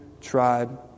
tribe